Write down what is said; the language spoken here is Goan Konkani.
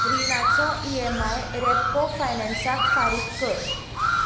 रिणाचो ई एम आय रेपको फायनान्साक फारीक कर